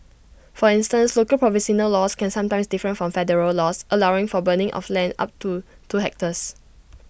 for instance local laws can sometimes different from federal laws allowing for burning of land up to two hectares